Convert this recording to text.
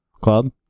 Club